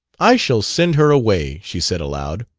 i shall send her away, she said aloud.